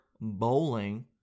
bowling